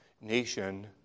nation